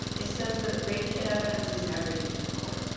it says that rape kit evidence is never used in court.